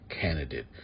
candidate